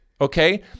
okay